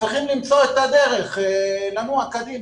וצריך למצוא את הדרך לנוע קדימה.